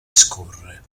scorre